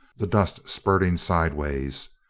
the dust spurting sidewise.